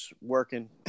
working